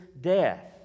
death